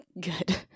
Good